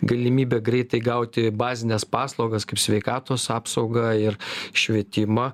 galimybė greitai gauti bazines paslaugas kaip sveikatos apsaugą ir švietimą